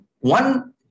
One